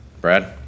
brad